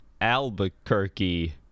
albuquerque